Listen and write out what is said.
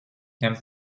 ņem